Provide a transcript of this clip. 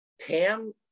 Pam